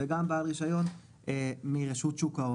בסעיף (ג)